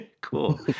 Cool